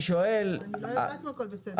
אני לא יודעת אם הכול בסדר.